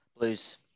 Blues